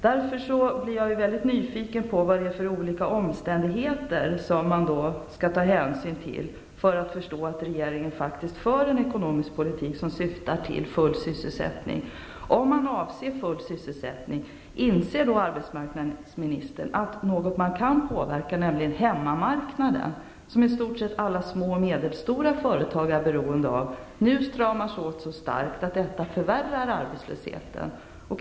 Jag blir mycket nyfiken på vad det är för olika omständigheter som man skall ta hänsyn till för att förstå att regeringen faktiskt för en ekonomisk politik som syftar till full sysselsättning. Om man avser full sysselsättning, inser arbetsmarknadsministern då att något som man kan påverka, nämligen hemmamarknaden som i stort sett alla små och medelstora företag är beroende av, nu stramas åt så starkt att detta förvärrar arbetslösheten?